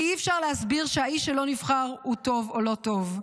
כי אי-אפשר להסביר שהאיש שלא נבחר הוא טוב או לא טוב.